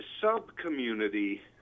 sub-community